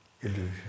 illusion